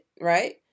right